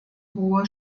hohe